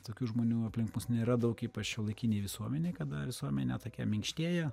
tokių žmonių aplink mus nėra daug ypač šiuolaikinėj visuomenėj kada visuomenė tokia minkštėja